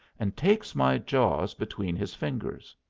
and takes my jaws between his fingers.